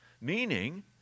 meaning